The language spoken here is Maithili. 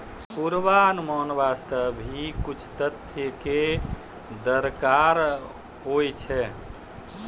पुर्वानुमान वास्ते भी कुछ तथ्य कॅ दरकार होय छै